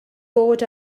bod